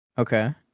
Okay